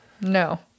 No